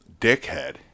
dickhead